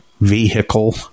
vehicle